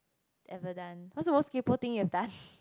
ever done what's the most K_P_O thing you've done